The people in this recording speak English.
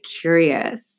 Curious